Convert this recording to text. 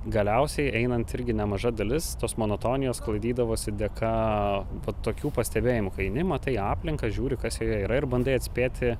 galiausiai einant irgi nemaža dalis tos monotonijos sklaidydavosi dėka po tokių pastebėjimų kai eini matai aplinką žiūri kas joje yra ir bandai atspėti